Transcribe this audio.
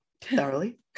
thoroughly